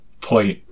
point